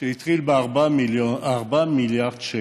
שהתחיל ב-4 מיליארד שקל,